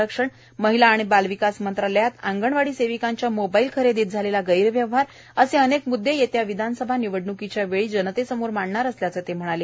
आरक्षण महिला आणि बाल विकास मंत्रालयात अंगणवाडी सेविकांच्या मोबाइल खरेदीत झालेला गैरव्यवहार असे अनेक मृद्धे येत्या विधान सभेच्या निवडणुकीच्या वेळी जनतेसमोर मांडणार असल्याचं ते म्हणाले